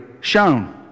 shown